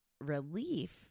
relief